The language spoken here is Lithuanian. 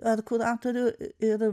ar kuratorių ir